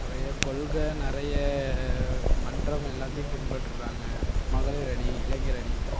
நிறையா கொள்கை நிறைய மன்றம் எல்லாத்தையும் பின்பற்றுகிறாங்க மகளிர் அணி இளைஞர் அணி